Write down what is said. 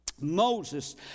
Moses